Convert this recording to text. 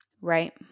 Right